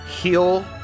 heal